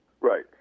Right